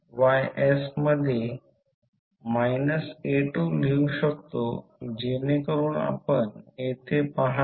तर त्या बाबतीत दोन्ही कॉइलस्मधून करंट i1 i2 यामधून वाहते आणि i2 यामधून वाहते